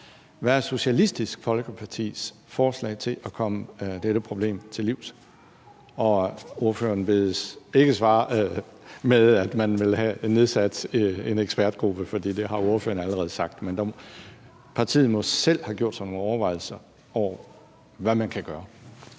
Hvad er Socialistisk Folkepartis forslag til at komme dette problem til livs? Og ordføreren bedes ikke svare med, at man vil have nedsat en ekspertgruppe, for det har ordføreren allerede sagt. Partiet må selv have gjort sig nogle overvejelser om, hvad man kan gøre.